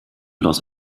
los